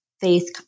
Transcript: faith